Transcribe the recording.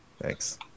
Thanks